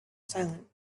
silent